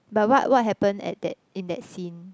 but what what happen at that in that scene